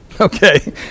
Okay